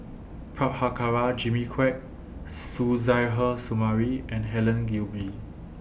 Prabhakara Jimmy Quek Suzairhe Sumari and Helen Gilbey